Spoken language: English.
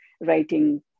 writing